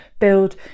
build